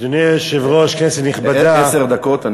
אדוני היושב-ראש, כנסת נכבדה, עשר דקות.